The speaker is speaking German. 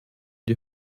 die